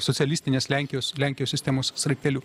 socialistinės lenkijos lenkijos sistemos sraigteliu